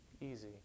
easy